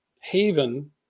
haven